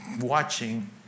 watching